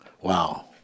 Wow